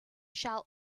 shall